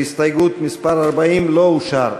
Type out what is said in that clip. של הסתייגות מס' 40, לא אושרה.